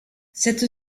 cette